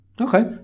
okay